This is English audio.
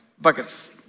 buckets